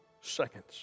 seconds